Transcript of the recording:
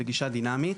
בגישה דינמית,